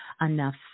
enough